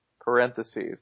parentheses